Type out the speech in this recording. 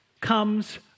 comes